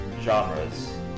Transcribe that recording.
genres